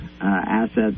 assets